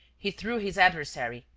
he threw his adversary,